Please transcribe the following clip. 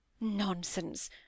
Nonsense